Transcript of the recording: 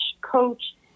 coach